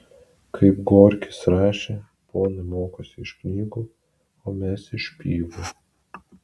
kaip gorkis rašė ponai mokosi iš knygų o mes iš špygų